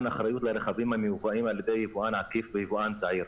אחריות לרכבים המיובאים על ידי יבואן עקיף ויבואן זעיר.